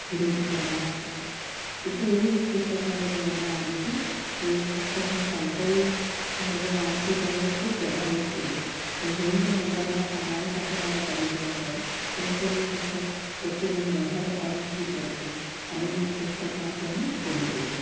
વિરોધ કરવાના જ હતા એટલે એટલે એવું એક પુસ્તક મારા જીવનમાં આવ્યુંતું હું એ પુસ્તકનું ટાઇટલ જ્યારે મેં વાંચ્યું ત્યારે હું ખૂબ પ્રભાવિત થઈ ગઈ પણ જેમ જેમ અંદરના પાનાઓ સાથે મારો પરિચય થયો તેમ તેમ એ પુસ્તક પ્રત્યે મને વધારે અરુચિ પ્રગટી અને મેં એ પુસ્તક વાંચવાનું છોડી દીધું